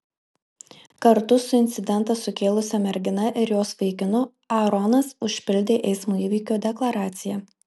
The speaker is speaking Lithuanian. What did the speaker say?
kartu su incidentą sukėlusia mergina ir jos vaikinu aaronas užpildė eismo įvykio deklaraciją